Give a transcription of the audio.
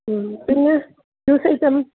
ഉം പിന്നെ juice item